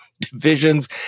divisions